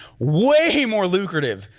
way more lucrative,